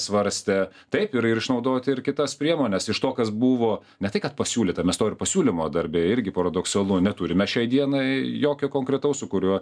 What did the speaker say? svarstė taip ir ir išnaudoti ir kitas priemones iš to kas buvo ne tai kad pasiūlyta mes to ir pasiūlymo dar beje irgi paradoksalu neturime šiai dienai jokio konkretaus su kuriuo